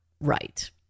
right